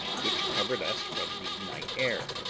which covered us from the night air,